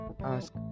Ask